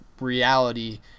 reality